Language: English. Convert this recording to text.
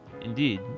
Indeed